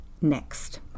next